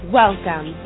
welcome